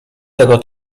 tego